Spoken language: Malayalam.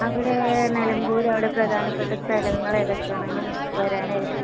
അവിടെ നിലമ്പൂർ അവിടെ പ്രധാനപ്പെട്ട സ്ഥലങ്ങൾ ഏതൊക്കെയാണെന്ന് വരാനായിരുന്നു